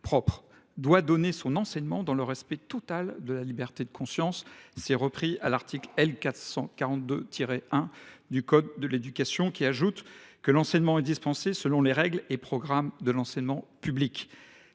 propre, doit donner son enseignement dans le respect total de la liberté de conscience. » Ces dispositions sont reprises à l’article L. 442 1 du code de l’éducation, selon lequel l’enseignement est dispensé « selon les règles et programmes de l’enseignement public